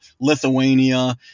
Lithuania